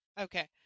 Okay